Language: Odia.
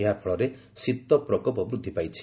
ଏହାଫଳରେ ଶୀତ ପ୍ରକୋପ ବୃଦ୍ଧି ପାଇଛି